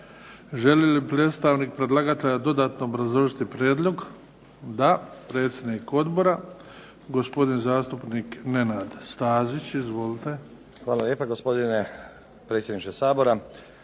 Želi li predstavnik predlagatelja dodatno obrazložiti prijedlog? Da. Predsjednik odbora, gospodin zastupnik Nenad Stazić. Izvolite. **Stazić, Nenad (SDP)** Hvala lijepa, gospodine predsjedniče Sabora.